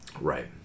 Right